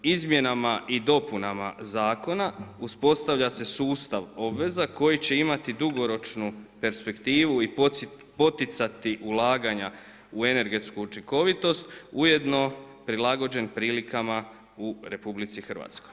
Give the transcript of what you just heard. Izmjenama i dopunama zakona uspostavlja se sustav obveza koji će imati dugoročnu perspektivu i poticati ulaganja u energetsku učinkovitost ujedno prilagođen prilikama u RH.